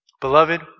Beloved